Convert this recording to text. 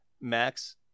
Max